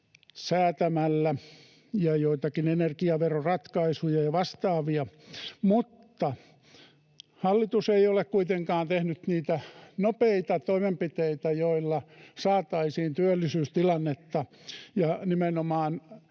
säätämällä sekä joitakin energiaveroratkaisuja ja vastaavia, mutta hallitus ei ole kuitenkaan tehnyt niitä nopeita toimenpiteitä, joilla saataisiin työllisyystilannetta ja nimenomaan